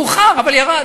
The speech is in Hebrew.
מאוחר, אבל ירד.